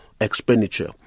expenditure